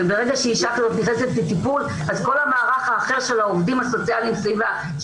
וברגע שאשה נכנסת לטיפול אז כל המערך האחר של העובדים הסוציאליים סביבה,